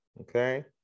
okay